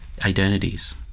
identities